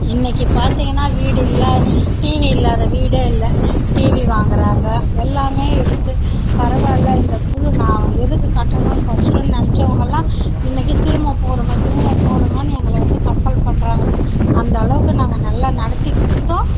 இன்னைக்கி பார்த்தீங்கன்னா வீடு இல்லை டிவி இல்லாத வீடே இல்லை டிவி வாங்குறாங்க எல்லாமே இருக்குது பரவாயில்ல இந்த குழு நான் எதுக்கு கட்டணும்ன்னு ஃபர்ஸ்ட்டு நெனச்சவங்கள்லாம் இன்னைக்கி திரும்ப போடுங்க திரும்ப போடுங்கன்னு எங்களை வந்து கம்ப்பல் பண்ணுறாங்க அந்த அளவுக்கு நாங்கள் நல்லா நடத்தி கொடுத்தோம்